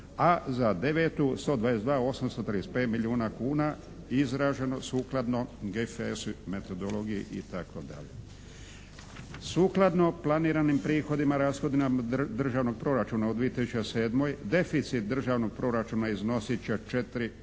a za 2009. 122,835 milijuna kuna izraženo sukladno GFS-u, metodologiji itd. Sukladno planiranim prihodima, rashodima Državnog proračuna u 2007. deficit državnog proračuna iznosit će